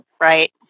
right